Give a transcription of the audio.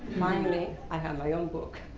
finally, i have my own book